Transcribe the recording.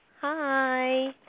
Hi